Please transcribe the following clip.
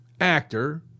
actor